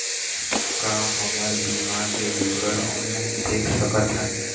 का हमर बीमा के विवरण ऑनलाइन देख सकथन?